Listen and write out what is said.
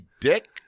dick